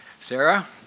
Sarah